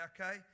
okay